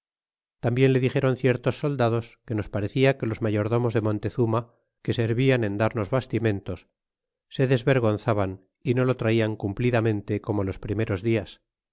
tambien le dixéron ciertos soldados que nos parecia que los mayordomos de montezuma que servian en darnos bastimentos se desvergonzaban y no lo traian cumplidamente como los primeros